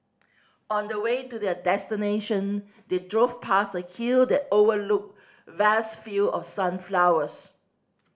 on the way to their destination they drove past a hill that overlooked vast field of sunflowers